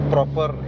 proper